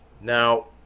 Now